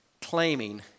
claiming